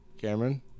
Cameron